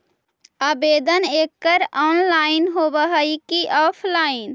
आवेदन एकड़ ऑनलाइन होव हइ की ऑफलाइन?